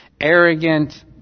Arrogant